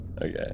Okay